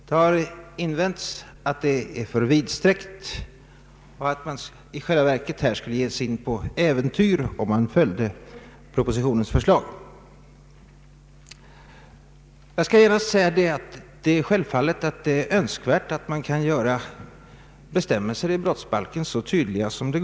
Det skulle vara för vidsträckt, och det skulle innebära att man gav sig in på äventyr, om man följde propositionens förslag. Jag vill genast säga att det självfallet är önskvärt att bestämmelser i brottsbalken görs så tydliga som möjligt.